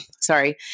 sorry